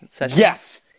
Yes